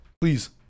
Please